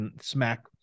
smack